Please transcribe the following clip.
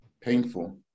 Painful